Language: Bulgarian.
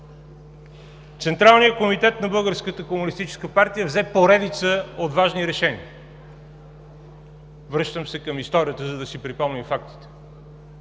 комунистическа партия взе поредица от важни решения. Връщам се към историята, за да си припомним фактите.